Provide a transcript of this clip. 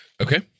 Okay